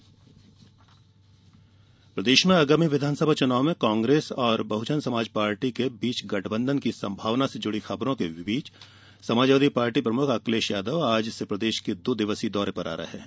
अखिलेश यादव प्रदेश में आगामी विधानसभा चुनाव में कांग्रेस और बहजन समाज पार्टी के बीच गठबंधन की संभावना से जुड़ी खबरों के बीच समाजवादी पार्टी प्रमुख अखिलेश यादव आज से प्रदेश के दो दिवसीय दौरे पर आ रहे हैं